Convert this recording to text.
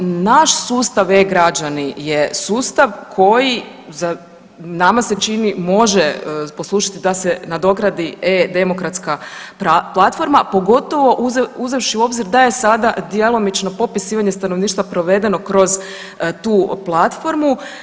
Naš sustav e-građani je sustav koji za, nama se čini može poslužiti da se nadogradi e-demokratska platforma pogotovo uzevši u obzir da je sada djelomično popisivanje stanovništva provedeno kroz tu platformu.